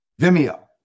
Vimeo